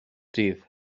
dydd